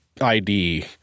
id